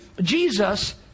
Jesus